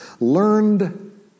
learned